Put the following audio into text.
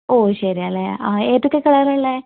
ഓഹ് ശരിയാണല്ലേ ആഹ് ഏതൊക്കെ കളറാണ് ഉള്ളത്